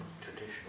Traditional